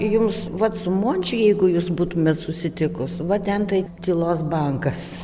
jums vat su mončiu jeigu jūs būtumėt susitikus va ten tai tylos bankas